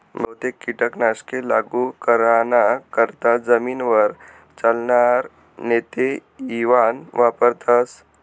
बहुतेक कीटक नाशके लागू कराना करता जमीनवर चालनार नेते इवान वापरथस